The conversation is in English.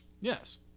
yes